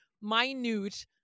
minute